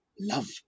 Love